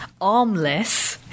armless